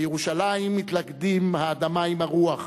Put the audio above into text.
בירושלים מתלכדים האדמה עם הרוח,